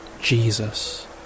Jesus